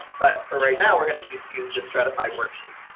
but for right now, we're going to use, use the stratified worksheet.